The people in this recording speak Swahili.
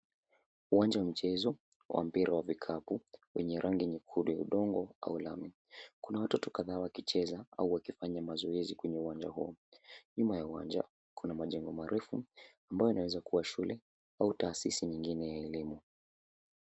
Uwanja wa mchezo wa mpira wa vikapu wenye rangi nyekundu ya udongo au lami, kuna watoto kadhaa wakicheza au wakifanya mazoezi kwenye uwanja huo. Nyuma ya uwanja kuna majengo marefu ambayo inaweza kua shule au taasisi nyingine ya elimu.